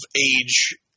age